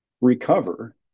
recover